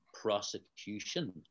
prosecution